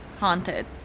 Haunted